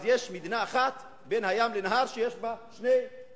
אז יש מדינה אחת בין הים לנהר שיש בה שני עמים,